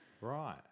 Right